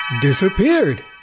disappeared